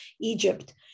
Egypt